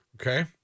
Okay